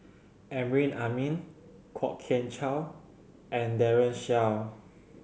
Amrin Amin Kwok Kian Chow and Daren Shiau